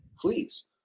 Please